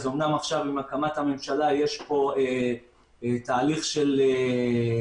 אמנם עכשיו עם הקמת הממשלה יש תהליך של הפרדה